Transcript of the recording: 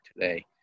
today